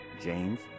James